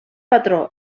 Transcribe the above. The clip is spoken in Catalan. patró